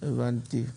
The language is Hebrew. מסכן,